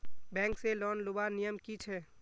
Bank से loan लुबार नियम की छे?